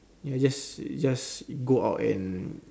ya just just go out and